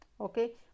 Okay